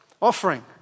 Offering